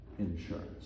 insurance